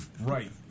Right